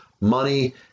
money